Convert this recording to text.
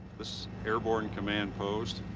this airborne command post,